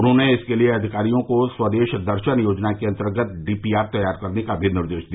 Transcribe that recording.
उन्होंने इसके लिए अधिकारियों को स्वदेश दर्शन योजना के अंतर्गत डीपीआर तैयार करने का भी निर्देश दिया